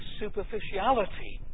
superficiality